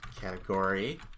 category